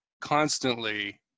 constantly